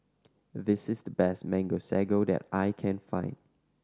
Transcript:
this is the best Mango Sago that I can find